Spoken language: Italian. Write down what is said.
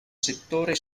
settore